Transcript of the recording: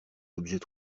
objets